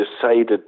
decided